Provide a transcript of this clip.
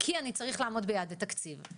כי אני צריך לעמוד ביעדי תקציב.